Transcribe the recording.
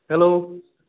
hello